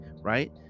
right